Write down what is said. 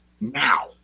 now